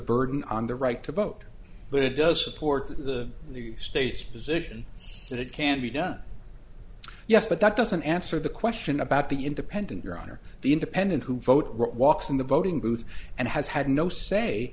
burden on the right to vote but it does support the state's position that it can be done yes but that doesn't answer the question about the independent your honor the independent who vote right walks in the voting booth and has had no say